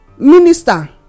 minister